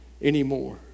anymore